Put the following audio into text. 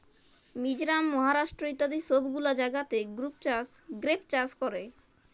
মিজরাম, মহারাষ্ট্র ইত্যাদি সব গুলা জাগাতে গ্রেপ চাষ ক্যরে